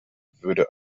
würde